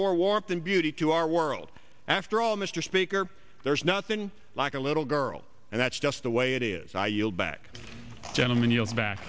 more warped and beauty to our world after all mr speaker there's nothing like a little girl and that's just the way it is i yield back gentleman yield back